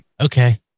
Okay